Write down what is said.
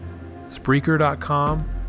Spreaker.com